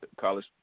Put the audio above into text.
college